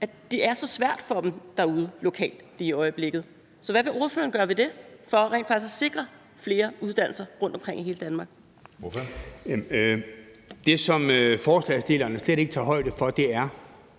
at det er så svært for dem derude lokalt lige i øjeblikket. Så hvad vil ordføreren gøre ved det for rent faktisk at sikre flere uddannelser rundtomkring i hele Danmark? Kl. 14:42 Anden næstformand (Jeppe Søe): Ordføreren.